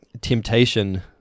temptation